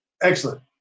excellent